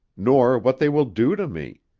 nor what they will do to me.